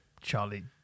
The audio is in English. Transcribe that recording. Charlie